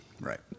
Right